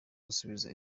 gusubiza